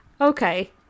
okay